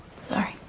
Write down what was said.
Sorry